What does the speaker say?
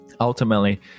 Ultimately